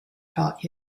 taught